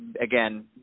again